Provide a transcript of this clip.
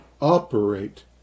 operate